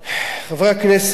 חברי הכנסת,